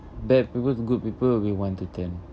bad people to good people will be one to ten